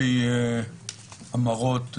אמרות עתיקות: